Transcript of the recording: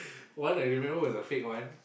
one I remember was a fake one